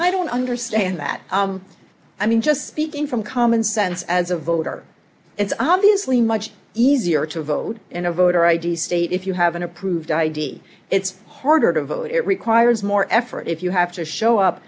i don't understand that i mean just speaking from common sense as a voter it's obviously much easier to vote in a voter id state if you have an approved id it's harder to vote it requires more effort if you have to show up